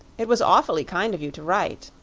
it was awfully kind of you to write.